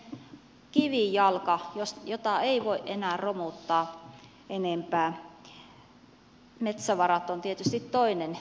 se on meidän kivijalkamme jota ei voi enää enempää romuttaa metsävarat ovat tietysti toinen